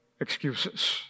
excuses